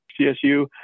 CSU